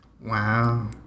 Wow